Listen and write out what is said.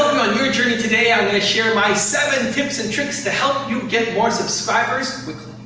your journey today, i'm going to share my seven tips and tricks to help you get more subscribers